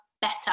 better